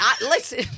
Listen